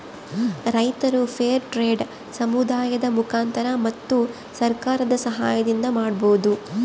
ರೈತರು fair trade ಸಮುದಾಯದ ಮುಖಾಂತರ ಮತ್ತು ಸರ್ಕಾರದ ಸಾಹಯದಿಂದ ಮಾಡ್ಬೋದು